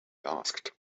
asked